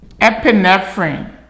epinephrine